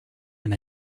and